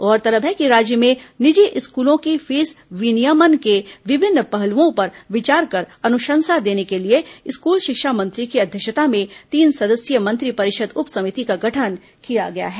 गौरतलब है कि राज्य में निजी स्कूलों की फीस विनियमन के विभिन्न पहलुओं पर विचार कर अनुसंशा देने के लिए स्कूल शिक्षा मंत्री की अध्यक्षता में तीन सदस्यीय मंत्रिपरिषद उप समिति की गठन किया गया है